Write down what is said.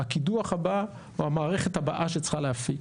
הקידוח הבא או המערכת הבאה שצריכה להפיק.